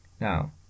Now